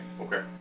Okay